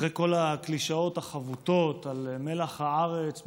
אחרי כל הקלישאות החבוטות על מלח הארץ,